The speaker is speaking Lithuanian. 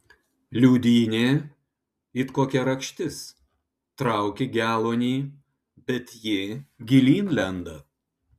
liūdynė it kokia rakštis trauki geluonį bet ji gilyn lenda